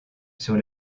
sur